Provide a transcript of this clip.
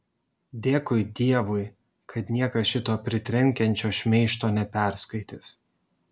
dėkui dievui kad niekas šito pritrenkiančio šmeižto neperskaitys